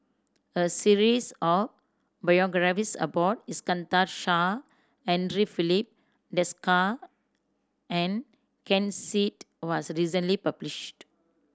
a series of biographies about Iskandar Shah Andre Filipe Desker and Ken Seet was recently published